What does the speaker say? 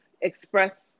express